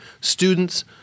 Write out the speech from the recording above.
students